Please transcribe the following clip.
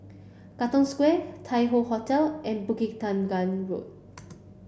Katong Square Tai Hoe Hotel and Bukit Tunggal Road